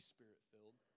Spirit-filled